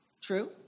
True